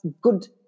good